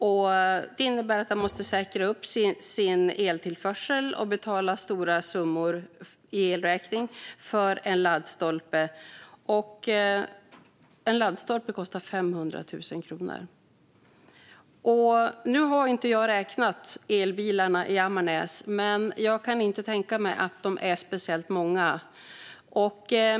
Det innebär att man måste säkra sin eltillförsel och betala stora summor för elräkningen för en laddstolpe. En laddstolpe kostar alltså 500 000 kronor. Jag har inte räknat elbilarna i Ammarnäs, men jag kan inte tänka mig att de är speciellt många.